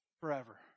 forever